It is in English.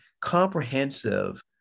comprehensive